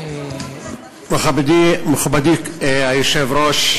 אדוני, ולכן אני שואלת,